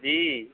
جی